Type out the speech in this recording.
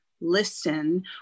listen